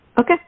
Okay